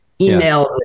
emails